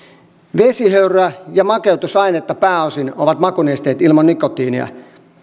vesihöyryä ja makeutusainetta pääosin ovat makunesteet ilman nikotiinia